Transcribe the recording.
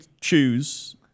choose